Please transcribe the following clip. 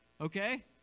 Okay